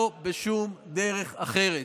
לא בשום דרך אחרת.